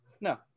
No